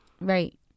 Right